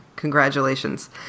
congratulations